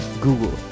Google